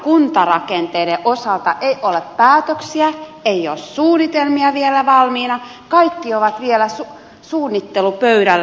kuntarakenteiden osalta ei ole mitään päätöksiä ei ole suunnitelmia vielä valmiina kaikki ovat vielä suunnittelupöydällä